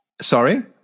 Sorry